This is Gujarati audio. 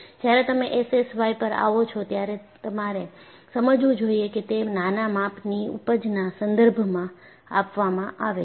જ્યારે તમે એસએસવાય પર આવો છો ત્યારે તમારે સમજવું જોઈએ કે તે નાના માપની ઊપજના સંદર્ભમાં આપવામાં આવે છે